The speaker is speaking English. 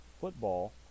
football